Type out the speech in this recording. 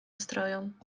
strojom